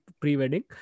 pre-wedding